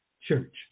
Church